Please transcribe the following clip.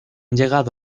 llegado